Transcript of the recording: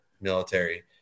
military